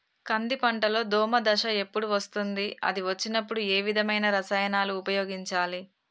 కంది పంటలో దోమ దశ ఎప్పుడు వస్తుంది అది వచ్చినప్పుడు ఏ విధమైన రసాయనాలు ఉపయోగించాలి?